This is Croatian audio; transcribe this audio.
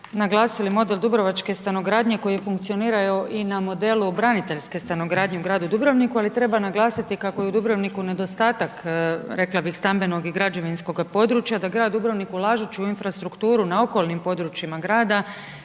naglasili model Dubrovačke stanogradnje koji funkcioniraju i na modelu braniteljske stanogradnje u gradu Dubrovniku, ali treba naglasiti kako je u Dubrovniku nedostatak rekla bih stambenog i građevinskog područja, da grad Dubrovnik ulažući u infrastrukturu na okolnim područjima grada